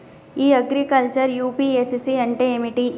ఇ agriculture UPSC అంటే ఏమిటి?